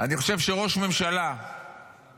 אני